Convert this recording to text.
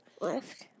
Left